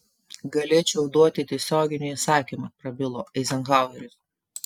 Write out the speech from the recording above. galėčiau duoti tiesioginį įsakymą prabilo eizenhaueris